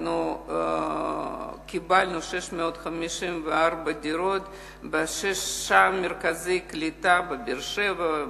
קיבלנו 654 דירות בשישה מרכזי קליטה: בבאר-שבע,